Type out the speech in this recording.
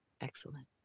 Excellent